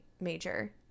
major